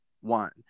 one